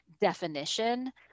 definition